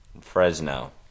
Fresno